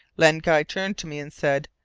len guy turned to me and said,